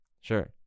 Sure